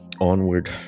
Onward